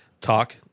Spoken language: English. talk